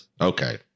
Okay